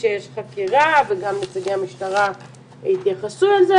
שיש חקירה וגם נציגי המשטרה יתייחסו לזה,